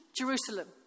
Jerusalem